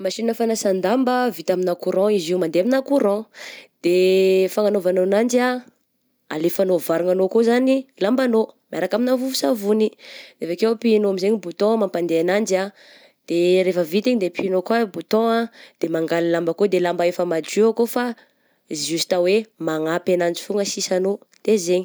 Machine fanasan-damba vita amigna courant izy io, mandeha amigna courant, de fananaovanao ananjy ah alefanao avarignanao akao zany lambanao miaraka amigna vovo-savony, de avy akeo pihinao amin'izay boutton mampandeha ananjy ah, de rehefa vita igny e pihinao koa boutton ah de mangala lamba koa, de lamba efa madio akao fa justa hoe manapy ananjy foagna sisa anao de zegny.